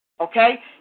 Okay